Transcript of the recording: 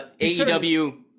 AEW